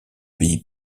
pays